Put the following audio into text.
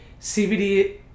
CBD